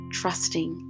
trusting